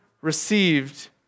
received